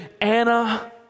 Anna